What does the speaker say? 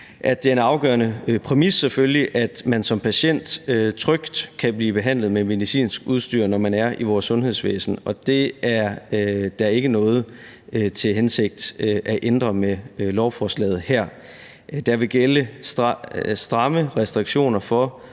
en afgørende præmis, at man som patient trygt kan blive behandlet med medicinsk udstyr, når man er i vores sundhedsvæsen, og det er der ingen hensigt om at ændre på med lovforslaget her. Der vil gælde stramme restriktioner for,